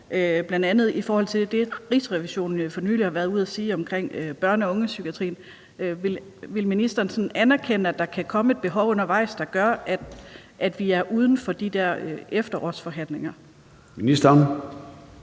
bl.a. i forhold til det, Rigsrevisionen for nylig har været ude at sige omkring børne- og ungdomspsykiatrien? Vil ministeren anerkende, at der kan komme et behov undervejs, der gør, at vi er uden for de der efterårsforhandlinger? Kl.